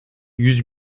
yüz